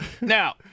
Now